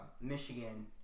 Michigan